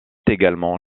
également